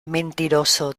mentiroso